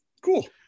Cool